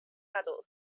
adult